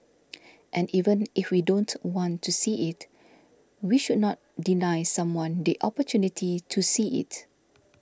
and even if we don't want to see it we should not deny someone the opportunity to see it